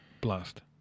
blast